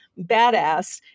badass